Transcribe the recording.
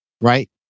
Right